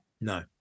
No